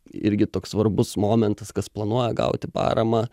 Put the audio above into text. irgi toks svarbus momentas kas planuoja gauti paramą